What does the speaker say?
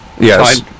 Yes